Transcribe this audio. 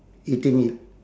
eating it